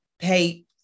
pay